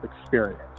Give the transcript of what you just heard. experience